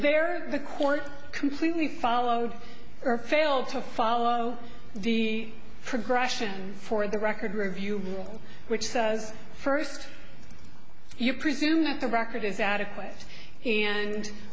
there the court completely followed or failed to follow the progression for the record review rule which says first you presume that the record is adequate and